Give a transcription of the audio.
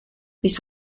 this